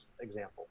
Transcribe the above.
example